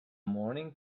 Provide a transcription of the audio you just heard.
morning